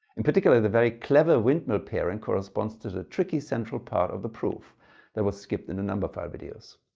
in particular, the very clever windmill pairing corresponds to the tricky central part of the proof that was skipped in numberphile videos.